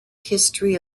history